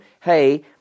hey